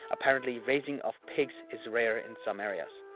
apparently raising of pigs is rare in some areas.